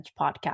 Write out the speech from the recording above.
podcast